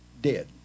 dead